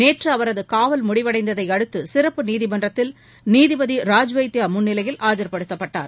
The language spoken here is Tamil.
நேற்று அவரது காவல் முடிவடைந்ததை அடுத்து சிறட்பு நீதிமன்றத்தில் நீதிபதி ராஜ்வைத்தியா முன்னிலையில் ஆஜர்படுத்தப்பட்டார்